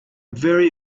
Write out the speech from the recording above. very